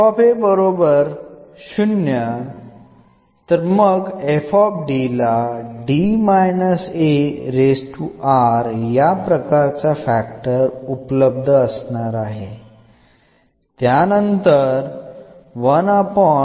ആണെങ്കിൽ യ്ക്ക് എന്ന തരത്തിലുള്ള ഒരു ഘടകം ഉണ്ടായിരിക്കും